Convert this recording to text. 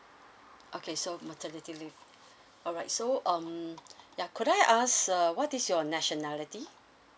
okay so maternity leave alright so um ya could I ask uh what is your nationality